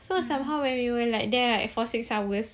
so somehow when we were like there for six hours